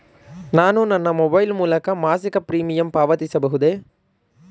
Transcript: ನಾನು ನನ್ನ ಮೊಬೈಲ್ ಮೂಲಕ ಮಾಸಿಕ ಪ್ರೀಮಿಯಂ ಪಾವತಿಸಬಹುದೇ?